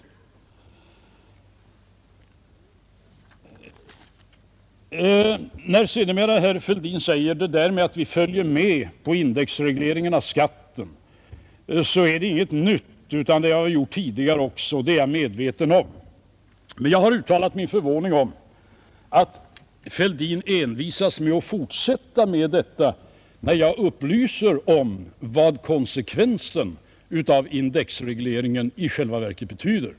När herr Fälldin sade att han ansluter sig till förslaget om indexreglering av skatten, så är det ingenting nytt, utan det har han gjort tidigare också. Det är jag medveten om, men jag har uttalat min förvåning över att herr Fälldin envisas att fortsätta med detta sedan jag upplyst om indexregleringens konsekvenser.